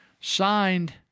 signed